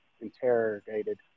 interrogated